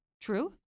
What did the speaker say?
True